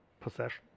possession